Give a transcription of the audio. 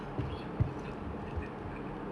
usually you letak oh like telur kat dalam Maggi